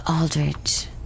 Aldridge